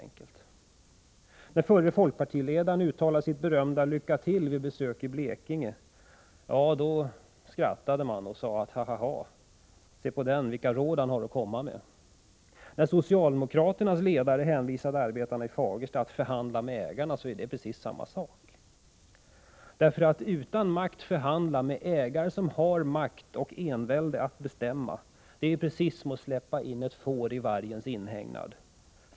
När förre folkpartiledaren uttalade sitt berömda ”lycka till” vid besök i Blekinge skrattade man och sade: Se vilka råd han har att ge! Men när socialdemokraternas ledare hänvisade arbetarna vid Fagersta till att förhandla med ägarna är det precis samma sak. Att utan makt förhandla med den som har enväldig makt att bestämma är som att släppas in som ett får i vargens inhägnad.